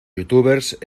youtubers